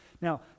Now